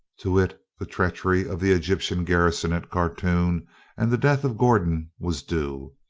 to it the treachery of the egyptian garrison at khartoum and the death of gordon was due,